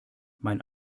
mein